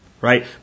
right